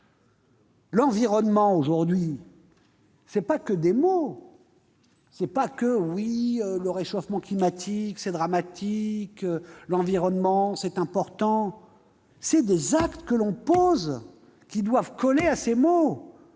l'environnement, ce n'est pas que des mots. On peut dire, « le réchauffement climatique, c'est dramatique, l'environnement c'est important »,